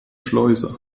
schleuse